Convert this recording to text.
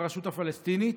ברשות הפלסטינית,